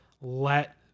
let